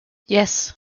yes